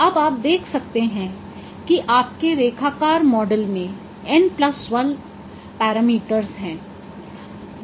अब आप देख सकते हैं कि आपके रेखाकार मॉडल में n1 पैरामीटर्स हैं